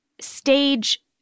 stage